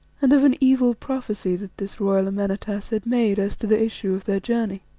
and of an evil prophecy that this royal amenartas had made as to the issue of their journey.